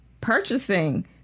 purchasing